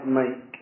make